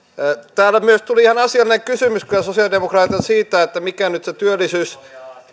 täällä myös tuli ihan asiallinen kysymys kyllä sosialidemokraateilta siitä mikä nyt se